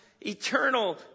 eternal